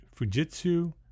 Fujitsu